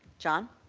john.